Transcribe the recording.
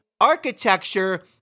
architecture